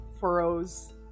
furrows